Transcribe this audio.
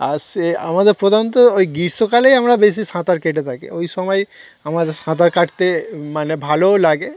আর সে আমাদের প্রধানত ওই গ্রীষ্মকালেই আমরা বেশি সাঁতার কেটে থাকি ওই সময় আমাদের সাঁতার কাটতে মানে ভালোও লাগে